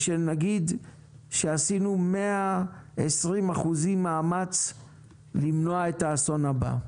ושנגיד שעשינו 120% מאמץ למנוע את האסון הבא.